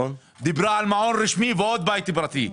היא דיברה על מעון רשמי ועוד בית פרטי,